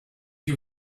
you